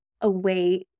away